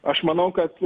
aš manau kad